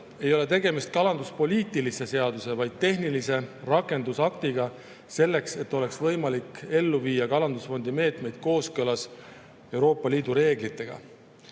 ei ole tegemist kalanduspoliitilise seaduse, vaid tehnilise rakendusaktiga, et oleks võimalik ellu viia kalandusfondi meetmeid kooskõlas Euroopa Liidu reeglitega.